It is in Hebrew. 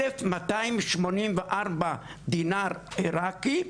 1,284 דינר עירקי,